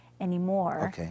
anymore